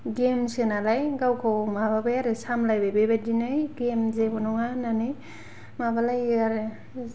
गेमसो नालाय गावखौ माबाबाय आरो सामब्लायबाय बे बायदिनो है गेम जेबो नङा होननानै माबालायो आरो